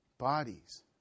bodies